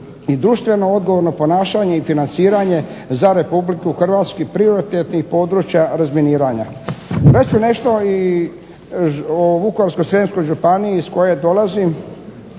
i društveno odgovorno ponašanje i financiranje za Republiku Hrvatsku i prioritetnih područja razminiranja. Reći ću nešto i o Vukovarsko-srijemskoj županiji iz koje dolazim.